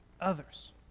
others